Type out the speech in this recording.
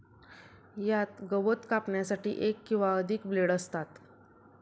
यात गवत कापण्यासाठी एक किंवा अधिक ब्लेड असतात